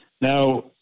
Now